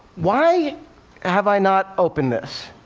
why have i not opened this?